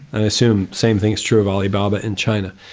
and assume, same thing's true of alibaba in china.